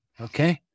Okay